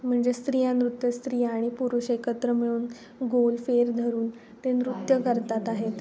म्हणजे स्त्रिया नृत्य स्त्रिया आणि पुरुष एकत्र मिळून गोल फेर धरून ते नृत्य करतात आहेत